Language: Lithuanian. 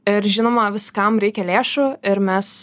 ir žinoma viskam reikia lėšų ir mes